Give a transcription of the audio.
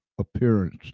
appearance